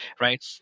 right